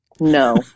No